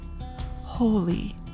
Holy